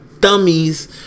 Dummies